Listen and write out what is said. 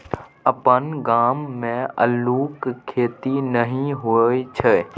अपन गाम मे अल्लुक खेती नहि होए छै